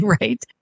Right